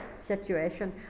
situation